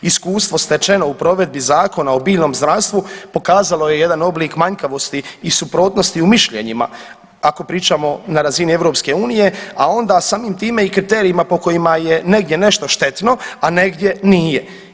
Iskustvo stečeno u provedbi Zakona o biljnom zdravstvu pokazalo je jedan oblik manjkavosti u suprotnosti u mišljenjima ako pričamo na razini EU, a onda samim time i kriterijima po kojima je negdje nešto štetno, a negdje nije.